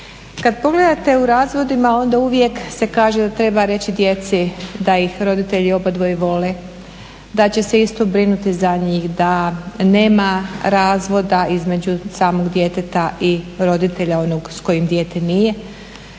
Kad pogledate u razvodima onda uvijek se kaže da treba reći djeci da ih roditelji obadvoje vole, da će se isto brinuti za njih, da nema razvoda između samog djeteta i roditelja onog s kojim dijete nije.